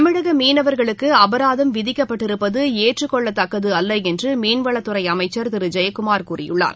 தமிழக மீனவர்களுக்கு அபராதம் விதிக்கப்பட்டிருப்பது ஏற்றுக்கொள்ளத் தக்கது அல்ல என்று மீன்வளத்துறை அமைச்சர் திரு ஜெயக்குமார் கூறியுள்ளார்